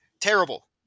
Terrible